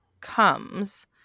comes